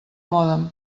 mòdem